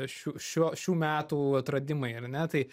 šių šio šių metų atradimai ar ne tai